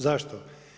Zašto?